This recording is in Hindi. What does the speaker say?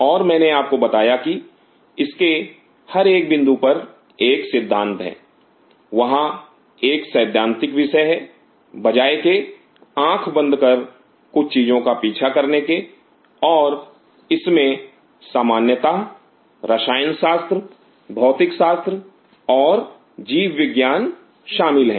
और मैंने आपको बताया कि इसके हर एक बिंदु पर एक सिद्धांत है वहां एक सैद्धांतिक विषय है बजाय के आँख बंद कर कुछ चीजों का पीछा करने के और इसमें सामान्य रसायन शास्त्र भौतिक शास्त्र और जीव विज्ञान शामिल है